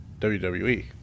WWE